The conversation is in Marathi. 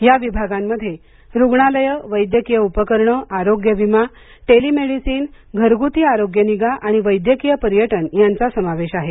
या विभागांमध्ये रुग्णालयं वैद्यकीय उपकरणं आरोग्य विमा टेलिमेडीसिन घरगुती आरोग्यनिगा आणि वैद्यकीय पर्यटन यांचा समावेश आहे